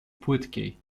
płytkiej